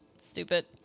stupid